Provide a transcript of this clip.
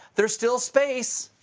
there's still space!